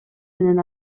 менен